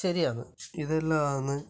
ശരിയാണ് ഇതെല്ലാമാണ്